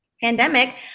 pandemic